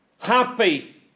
happy